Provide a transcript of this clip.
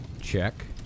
Check